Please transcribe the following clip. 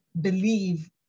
believe